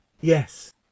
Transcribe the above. Yes